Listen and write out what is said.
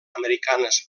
americanes